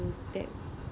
that